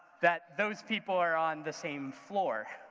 that those people are on the same floor?